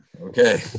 okay